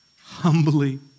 humbly